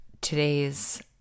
today's